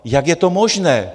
Jak je to možné?